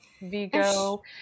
Vigo